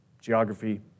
geography